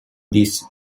this